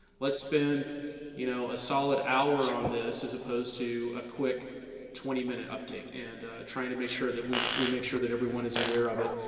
let's spend you know a solid hour on this as opposed to a quick twenty minute update and trying to make sure that we we make sure that everyone is aware of it.